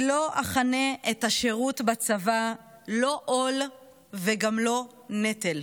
אני לא אכנה את השירות בצבא לא עול וגם לא נטל.